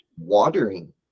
watering